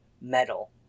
metal